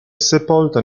sepolta